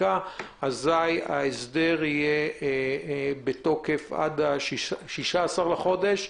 אזי ההסדר יהיה בתוקף עד ה-16 בחודש.